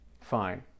fine